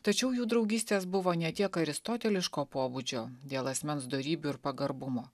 tačiau jų draugystės buvo ne tiek aristoteliško pobūdžio dėl asmens dorybių ir pagarbumo